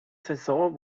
saison